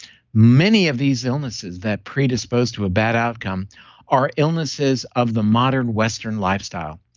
many of these illnesses that predisposed to a bad outcome are illnesses of the modern western lifestyle.